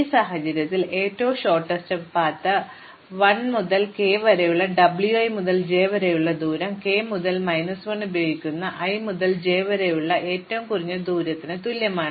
ഈ സാഹചര്യത്തിൽ ഏറ്റവും ഹ്രസ്വമായത് 1 മുതൽ k വരെയുള്ള W i മുതൽ j വരെയുള്ള ദൂരം k മുതൽ മൈനസ് 1 ഉപയോഗിക്കുന്ന i മുതൽ j വരെയുള്ള ഏറ്റവും കുറഞ്ഞ ദൂരത്തിന് തുല്യമാണ്